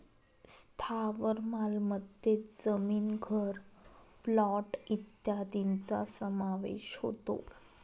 स्थावर मालमत्तेत जमीन, घर, प्लॉट इत्यादींचा समावेश होतो